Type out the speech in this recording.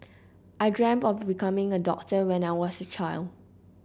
I dreamt of becoming a doctor when I was a child